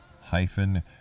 hyphen